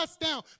down